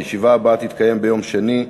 הישיבה הבאה תתקיים ביום שני,